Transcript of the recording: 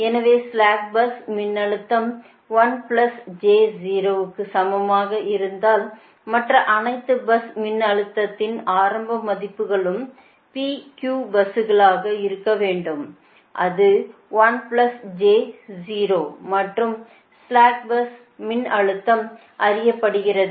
எனவே slack bus மின்னழுத்தம் 1 j 0 க்கு சமமாக இருந்தால் மற்ற அனைத்து பஸ் மின்னழுத்தத்தின் ஆரம்ப மதிப்புகளும் PQ பஸ்களாக இருக்க வேண்டும் அது 1 j 0 மற்றும் ஸ்ளாக் பஸ் மின்னழுத்தம் அறியப்படுகிறது